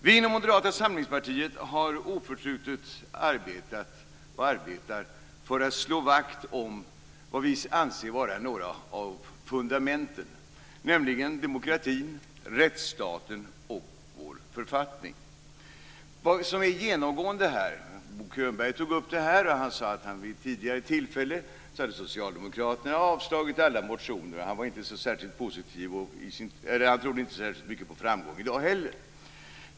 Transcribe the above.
Vi inom Moderata samlingspartiet har oförtrutet arbetat, och arbetar fortfarande, för att slå vakt om vad vi anser vara några av fundamenten, nämligen demokratin, rättsstaten och vår författning. Det finns något som är genomgående här. Bo Könberg tog upp det. Han sade att vid tidigare tillfällen har socialdemokraterna avslagit alla motioner. Han trodde inte särskilt mycket på framgång i dag heller.